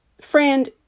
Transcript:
Friend